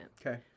Okay